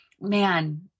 man